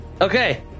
Okay